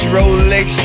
Rolex